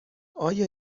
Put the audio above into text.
آیا